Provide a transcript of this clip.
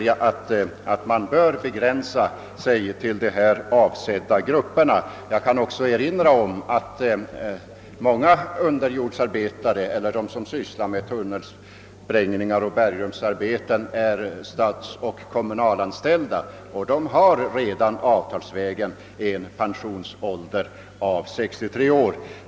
Jag vill också erinra om att många underjordsarbetare eller personer som ägnar sig åt tunnelsprängningar och bergrumsarbeten är statsoch kommunalanställda, och dessa har redan avtalsvägen fått sin pensionsålder fastställd till 63 år.